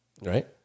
Right